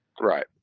Right